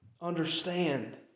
understand